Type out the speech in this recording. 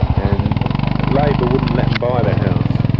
and labour wouldn't let them buy the house.